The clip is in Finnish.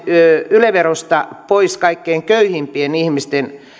yle verosta pois kaikkein köyhimpien ihmisten